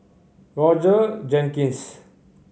Roger Jenkins